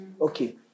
Okay